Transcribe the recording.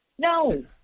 No